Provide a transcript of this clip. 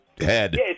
head